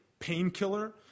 painkiller